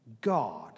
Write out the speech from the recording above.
God